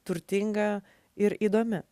turtinga ir įdomi